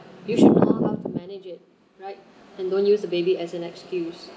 you should know about how to manage it right and don't use a baby as an excuse